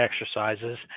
exercises